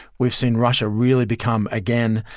we've seen russia really become again,